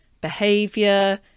behavior